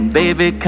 baby